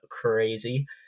crazy